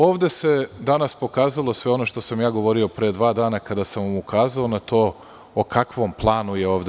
Ovde se danas pokazalo sve ono što sam ja govorio pre dva dana, kada sam vam ukazao na to o kakvom planu je ovde